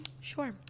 Sure